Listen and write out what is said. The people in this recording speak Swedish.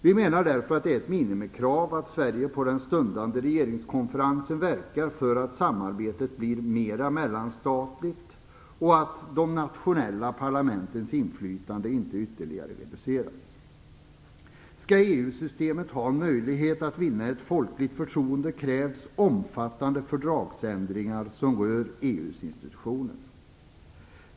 Vi anser därför att det är ett minimikrav att Sverige under den stundande regeringskonferensen verkar för att samarbetet blir mera mellanstatligt och för att de nationella parlamentens inflytande inte ytterligare reduceras. Skall EU-systemet ha en möjlighet att vinna ett folkligt förtroende krävs omfattande fördragsändringar som rör EU:s institutioner.